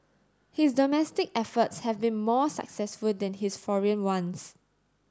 his domestic efforts have been more successful than his foreign ones